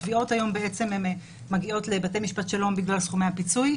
התביעות היום מגיעות לבתי משפט שלום בגלל סכומי הפיצוי,